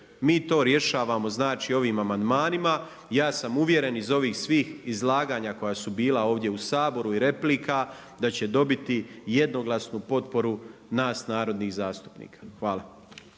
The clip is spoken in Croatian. Mi to rješavamo znači ovim amandmanima i ja sam uvjeren iz ovih svih izlaganja koja su bila ovdje u Saboru i replika da će dobiti jednoglasnu potporu nas narodnih zastupnika. Hvala.